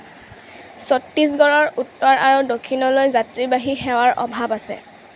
ছত্তীশগড়ৰ উত্তৰ আৰু দক্ষিণলৈ যাত্ৰীবাহী সেৱাৰ অভাৱ আছে